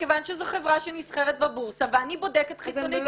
מכוון שזו חברה שנסחרת בבורסה ואני בודקת חיצונית